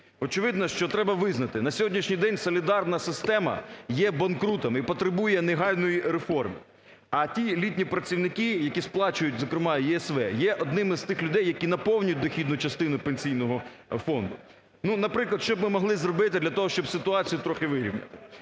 Очевидно, що треба визнати: на сьогоднішній день солідарна система є банкрутом і потребує негайної реформи. А ті літні працівники, які сплачують, зокрема і ЄСВ, є одними з тих людей, які наповнюють дохідну частину Пенсійного фонду. Ну, наприклад, що б ми могли зробити для того, щоб ситуацію трохи вирівняти: